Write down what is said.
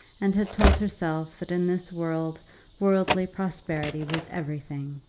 and had told herself that in this world worldly prosperity was everything.